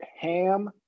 ham